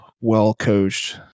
well-coached